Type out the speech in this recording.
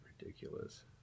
ridiculous